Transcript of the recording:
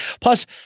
Plus